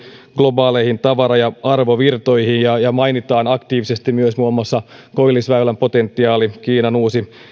globaaleihin tavara ja arvovirtoihin ja ja mainitaan aktiivisesti myös muun muassa koillisväylän potentiaali kiinan uusi